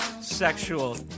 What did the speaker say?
sexual